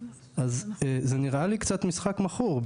אז זה נראה לי קצת משחק מכור.